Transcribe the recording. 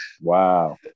Wow